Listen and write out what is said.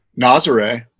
Nazare